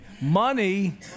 money